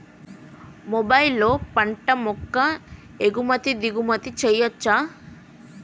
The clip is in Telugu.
మొబైల్లో పంట యొక్క ఎగుమతి దిగుమతి చెయ్యచ్చా?